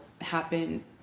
happen